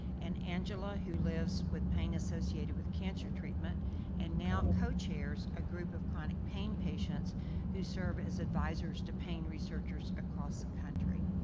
and angela who lives with pain associated with cancer treatment and now co-chairs a group of chronic pain patients who serve as advisors to pain researchers across the country.